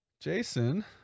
Jason